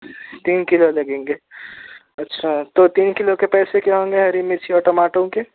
تین کلو لگیں گے اچھا تو تین کلو کے پیسے کیا ہوں گے ہری مرچی اور ٹماٹروں کے